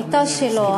המיטה שלו,